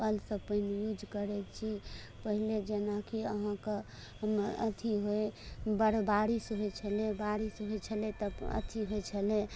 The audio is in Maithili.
कलसँ पानि यूज करैत छी पहिने जेनाकि अहाँकऽ अथी भेल बर बारिश होइत छलै बारिश होइत छलै तऽ अथी होइत छलै